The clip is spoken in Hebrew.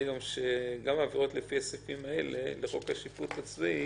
סביר שעבירות לפי חוק השיפוט הצבאי